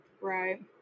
right